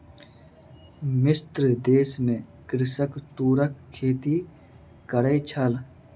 मिस्र देश में कृषक तूरक खेती करै छल